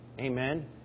Amen